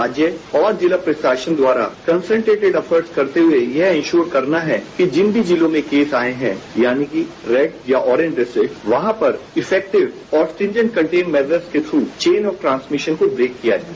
राज्य और जिला प्रशासन द्वारा कसंटेटिड एफर्ड यह इंशोर्ड करना है कि जिन भी जिलों में केस आए हैं यानि रेड या ऑरेंज जैसे वहां पर इफेक्टिड ऑक्टीजेंट कंटेन मेजर्स के थ्रू चेन ऑफ ट्रांसमिशन को ब्रेक किया जाए